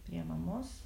prie mamos